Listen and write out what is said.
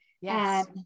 Yes